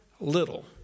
little